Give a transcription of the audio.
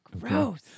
gross